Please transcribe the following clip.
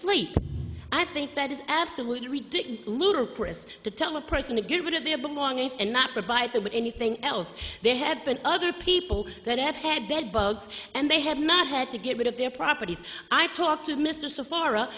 sleep i think that is absolutely ridiculous ludicrous to tell a person to get rid of their belongings and not provide them with anything else they have been other people that have had bed bugs and they have not had to get rid of their properties i talked to mr so far u